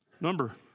Number